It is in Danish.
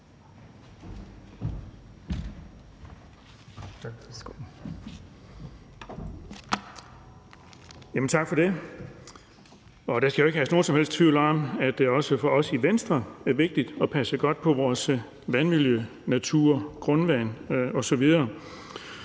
Tak for det. Der skal jo ikke herske nogen som helst tvivl om, at det også for os i Venstre er vigtigt at passe godt på vores vandmiljø, natur, grundvand osv.,